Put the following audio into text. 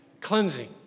Cleansing